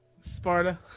Sparta